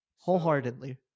Wholeheartedly